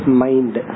mind